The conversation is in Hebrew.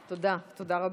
תודה, תודה רבה.